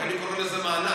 רק אני קורא לזה מענק.